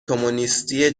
کمونیستی